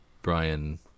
Brian